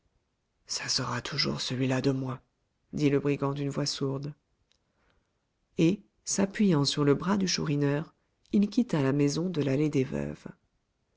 ça sera toujours celui-là de moins dit le brigand d'une voix sourde et s'appuyant sur le bras du chourineur il quitta la maison de l'allée des veuves